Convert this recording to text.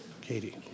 Katie